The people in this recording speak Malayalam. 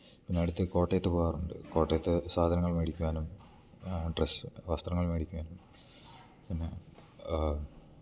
പിന്നെ അടുത്ത് കോട്ടയത്ത് പോവാറുണ്ട് കോട്ടയത്ത് സാധനങ്ങൾ മേടിക്കുവാനും ഡ്രസ് വസ്ത്രങ്ങൾ മേടിക്കുവാനും പിന്നെ